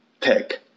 tech